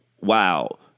wow